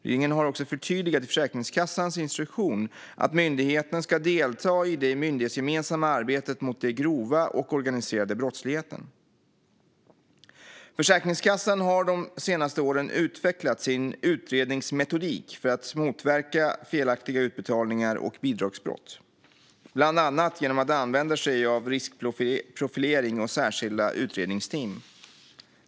Regeringen har också förtydligat i Försäkringskassans instruktion att myndigheten ska delta i det myndighetsgemensamma arbetet mot den grova och organiserade brottsligheten. Försäkringskassan har de senaste åren utvecklat sin utredningsmetodik för att motverka felaktiga utbetalningar och bidragsbrott, bland annat genom att använda sig av riskprofilering och särskilda utredningsteam.